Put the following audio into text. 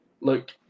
look